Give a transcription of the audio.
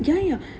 ya ya